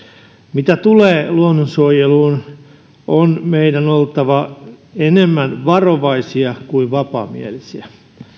mitä tulee luonnonsuojeluun on meidän oltava enemmän varovaisia kuin vapaamielisiä